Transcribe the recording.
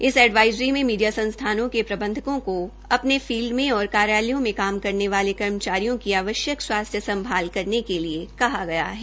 इस एडवाईज़री मे मीडिया संसथानों के प्रबंधकों को अपने फील्ड में और कार्यालयों में काम करने वाले कर्मचारियों की आवश्यक स्वास्थ्य संभाल करने के लिए कहा गया है